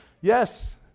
Yes